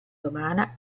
romana